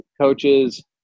coaches